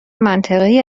منطقهای